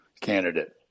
candidate